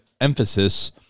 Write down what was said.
emphasis